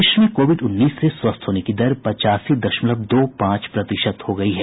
देश में कोविड उन्नीस से स्वस्थ होने की दर पचासी दशमलव दो पांच प्रतिशत हो गई है